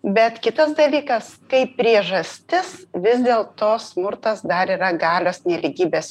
bet kitas dalykas kaip priežastis vis dėl to smurtas dar yra galios nelygybės